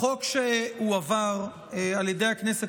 החוק שהועבר על ידי הכנסת,